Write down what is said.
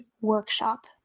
workshop